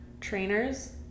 trainers